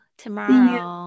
tomorrow